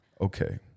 okay